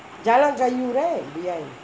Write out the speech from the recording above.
jalan kayu right behind